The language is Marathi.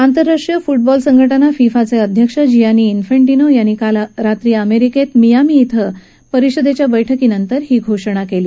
आंतरराष्ट्रीय फुटबॉल संघटना फीफाचे अध्यक्ष जियानी इन्फेटीनो यांनी काल रात्री अमेरिकेतील मियामी इथं परिषदेच्या बैठकीनंतर ही घोषणा केली